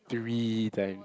three times